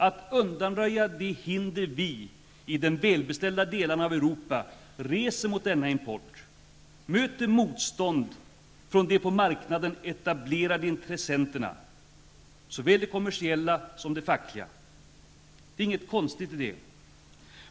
Att undanröja de hinder vi i de välbeställda delarna av Europa reser mot denna import, möter motstånd från de på marknaden etablerade intressenterna -- såväl de kommersiella som de fackliga. Det är inget konstigt i det.